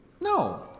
No